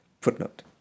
Footnote